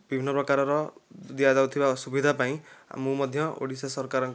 ବିଭିନ୍ନ ପ୍ରକାରର ଦିଆ ଯାଉଥିବା ସୁବିଧା ପାଇଁ ମୁଁ ମଧ୍ୟ ଓଡ଼ିଶା ସରକାରଙ୍କର